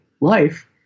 life